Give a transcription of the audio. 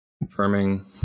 confirming